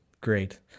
great